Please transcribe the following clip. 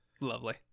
lovely